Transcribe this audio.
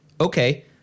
Okay